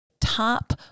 top